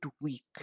week